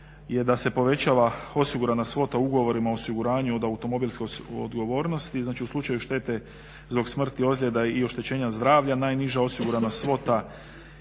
je da se povećava osigurana svota u ugovorima o osiguranju od automobilske odgovornosti. Znači u slučaju štete zbog smrti, ozljeda i oštećenja zdravlja najniža osigurana svota